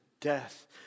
death